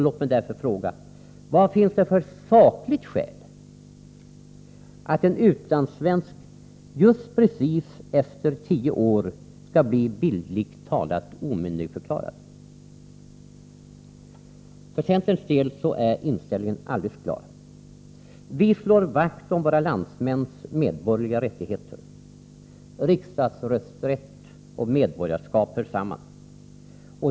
Låt mig därför fråga: Vilka sakliga skäl finns det för att en utlandssvensk efter just tio år skall bli bildligt talat omyndigförklarad? För centerns del är inställningen klar: vi slår vakt om våra landsmäns medborgerliga rättigheter. Riksdagsrösträtt och medborgarskap hör samman.